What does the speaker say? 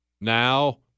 Now